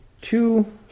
two